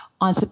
on